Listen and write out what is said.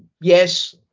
Yes